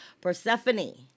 Persephone